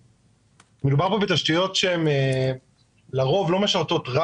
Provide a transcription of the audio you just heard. מדובר בתשתיות שהן לרוב לא משרתות רק